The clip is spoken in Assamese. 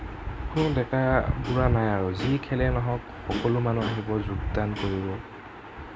কোনো ডেকা বুঢ়া নাই আৰু যি খেলেই নহওঁক সকলো মানুহ আহিব যোগদান কৰিব